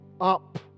up